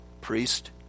priest